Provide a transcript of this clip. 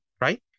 right